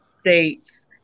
States